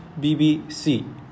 BBC